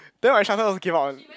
then my instructor also came out [one]